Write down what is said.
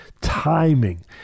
timing